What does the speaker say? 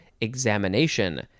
examination